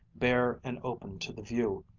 bare and open to the view,